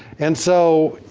and so,